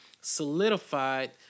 solidified